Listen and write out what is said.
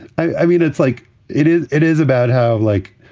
i mean, it's like it is it is about how like,